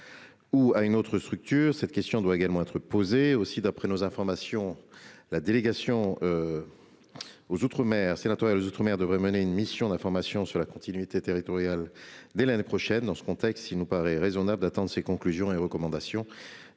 ou à une autre structure ? Cette question doit également être posée. Par ailleurs, d'après nos informations, la délégation sénatoriale aux outre-mer devrait conduire une mission d'information sur la continuité territoriale, dès l'année prochaine. Il nous paraît raisonnable d'attendre ses conclusions et ses recommandations.